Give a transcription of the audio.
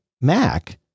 Mac